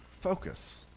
focus